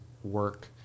Work